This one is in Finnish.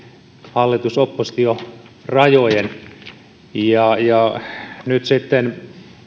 hallitus oppositio rajojen nyt sitten